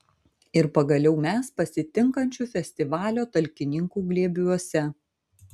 ir pagaliau mes pasitinkančių festivalio talkininkų glėbiuose